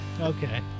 Okay